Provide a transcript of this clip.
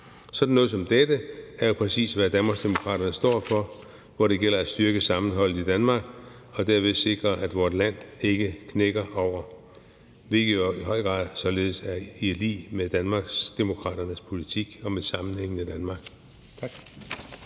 Sådan noget som dette er præcis, hvad Danmarksdemokraterne står for – hvor det gælder at styrke sammenholdet i Danmark og derved sikre, at vort land ikke knækker over – hvilket jo i høj grad således er i tråd med Danmarksdemokraternes politik om et sammenhængende Danmark. Tak.